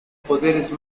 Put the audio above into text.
poderes